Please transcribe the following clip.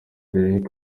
derek